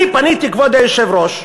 כבוד היושב-ראש,